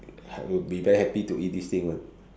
I will be very happy to eat this thing [one]